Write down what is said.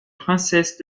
princesse